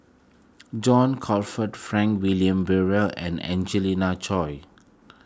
John Crawfurd Frank Wilmin Brewer and Angelina Choy